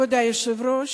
כבוד היושב-ראש,